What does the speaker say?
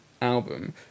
album